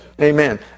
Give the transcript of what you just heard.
Amen